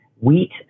wheat